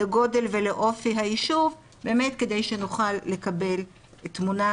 לגודל ולאופי היישוב באמת כדי שנוכל לקבל תמונה